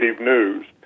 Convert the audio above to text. news